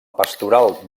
pastoral